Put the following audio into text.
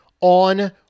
on